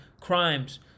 crimes